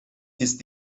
ist